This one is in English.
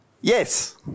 Yes